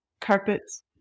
carpets